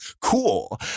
cool